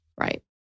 right